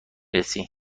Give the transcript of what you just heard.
رسی